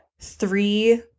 three